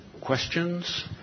Questions